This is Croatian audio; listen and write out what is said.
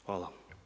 Hvala.